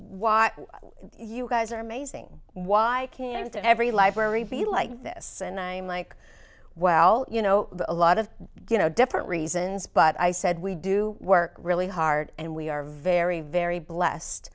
why you guys are amazing why can't every library be like this and i'm like well you know a lot of different reasons but i said we do work really hard and we are very very blessed